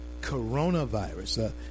coronavirus